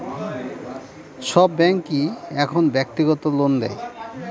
সব ব্যাঙ্কই এখন ব্যক্তিগত লোন দেয়